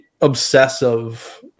obsessive